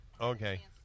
Okay